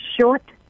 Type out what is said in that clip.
Short